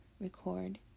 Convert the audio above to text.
record